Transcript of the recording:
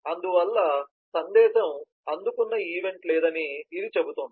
అందువల్ల సందేశం అందుకున్న ఈవెంట్ లేదని ఇది చెబుతుంది